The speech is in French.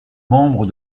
membre